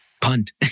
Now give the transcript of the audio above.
Punt